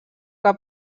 que